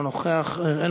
אינו